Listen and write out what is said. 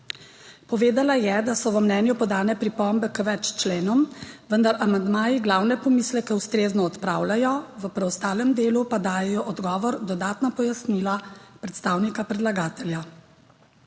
Povedala je, da so v mnenju podane pripombe k več členom, vendar amandmaji glavne pomisleke ustrezno odpravljajo, v preostalem delu pa dajejo odgovor dodatna pojasnila predstavnika predlagatelja.